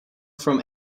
from